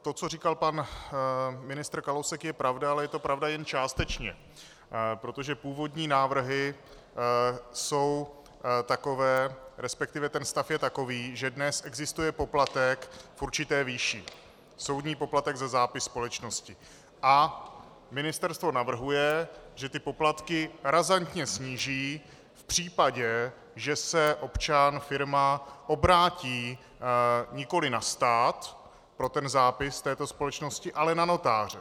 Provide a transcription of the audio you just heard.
To, co říkal pan ministr Kalousek, je pravda, ale je to pravda jen částečně, protože původní návrhy jsou takové, resp. ten stav je takový, že dnes existuje poplatek v určité výši, soudní poplatek za zápis společnosti, a ministerstvo navrhuje, že ty poplatky razantně sníží v případě, že se občan, firma, obrátí nikoli na stát pro ten zápis této společnosti, ale na notáře.